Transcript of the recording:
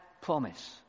promise